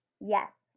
Yes